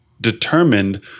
determined